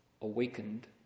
awakened